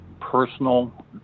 personal